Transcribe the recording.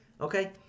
Okay